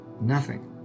nothing